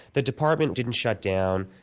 the department didn't shut down,